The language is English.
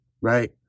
right